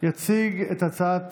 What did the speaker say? יציג את ההצעה